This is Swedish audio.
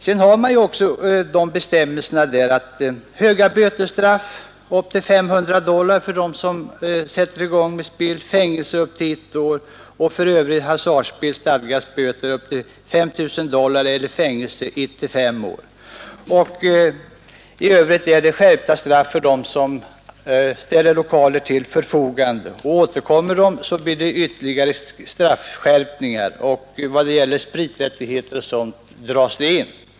Vidare har man en bestämmelse som stadgar att den som gjort sig skyldig till hasardspel genom att delta i spel eller vadhållning ådöms böter om högst 500 dollar eller fängelse i högst ett år. För övrigt hasardspel stadgas böter om högst 5 000 dollar eller fängelse i 1—5 år. Stränga straff utdöms för den som t.ex. ställer lokal till förfogande för hasardspel. Straffet skärps vid upprepat brott. Spriträttigheter o. d. dras in om i serveringslokalerna bedrivs hasardspel.